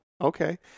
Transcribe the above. okay